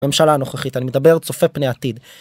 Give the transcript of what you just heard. ממשלה הנוכחית, אני מדבר צופה פני עתיד